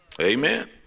Amen